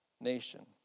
nation